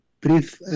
brief